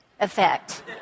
effect